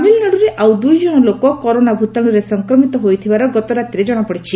ତାମିଲନାଡୁରେ ଆଉ ଦୁଇଜଣ ଲୋକ କରୋନା ଭୂତାଣୁରେ ସଂକ୍ରମିତ ହୋଇଥିବାର ଗତରାତିରେ ଜଣାପଡ଼ିଛି